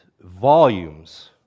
volumes